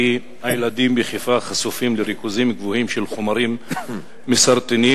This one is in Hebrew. הילדים בחיפה חשופים לריכוזים גבוהים של חומרים מסרטנים,